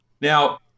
Now